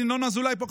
ינון אזולאי פה,